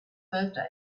birthday